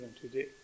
today